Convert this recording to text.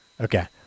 Okay